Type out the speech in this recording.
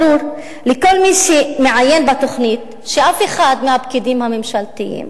ברור לכל מי שמעיין בתוכנית שאף אחד מהפקידים הממשלתיים